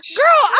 girl